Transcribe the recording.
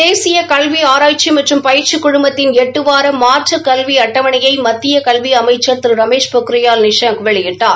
தேசிய கல்வி ஆராய்ச்சி மற்றும் பயிற்சி குழுமத்தின் எட்டுவார மாற்று கல்வி அட்டவணையை மத்திய கல்வி அமைச்சள் திரு ரமேஷ் பொக்ரியால் நிஷாங் வெளியிட்டார்